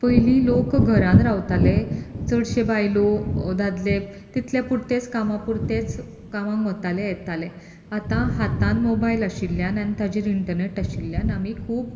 पयलीं लोक घरांत रावताले चडशे बायलो दादले तितल्या पुरतेच कामां पुरतेच कामाक वताले येताले आतां हातांत मोबायल आशिल्ल्यान आनी ताचेर इंटर्नेट आशिल्ल्यान आमी खूब